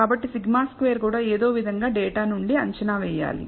కాబట్టి σ2 కూడా ఏదో విధంగా డేటా నుండి అంచనా వేయాలి